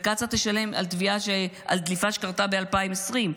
וקצא"א תשלם על דליפה שקרתה ב-2020,